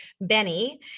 Benny